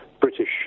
British